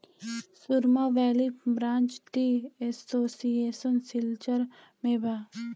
सुरमा valley branch tea association Silchar में बा